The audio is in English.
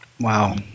Wow